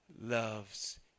loves